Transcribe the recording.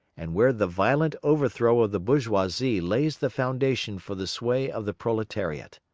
and where the violent overthrow of the bourgeoisie lays the foundation for the sway of the proletariat.